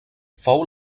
fou